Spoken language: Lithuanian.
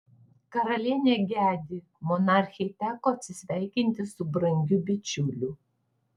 karalienė gedi monarchei teko atsisveikinti su brangiu bičiuliu